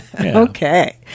Okay